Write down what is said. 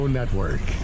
Network